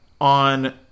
on